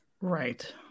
Right